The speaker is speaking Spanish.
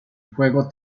juego